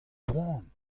poan